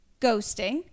ghosting